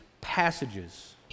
passages